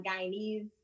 Guyanese